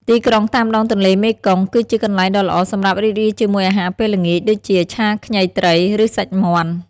ទីក្រុងតាមដងទន្លេមេគង្គ គឺជាកន្លែងដ៏ល្អសម្រាប់រីករាយជាមួយអាហារពេលល្ងាច ដូចជាឆាខ្ញីត្រី ឬសាច់មាន់។